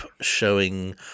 showing